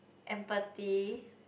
empathy